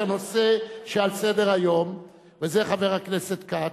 הנושא שעל סדר-היום" וזה חבר הכנסת כץ,